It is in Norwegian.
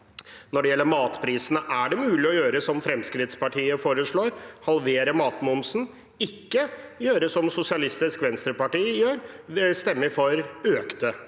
Når det gjelder matprisene, er det mulig å gjøre som Fremskrittspartiet foreslår, å halvere matmomsen – og ikke gjøre som Sosialistisk Venstreparti gjør, stemme for økte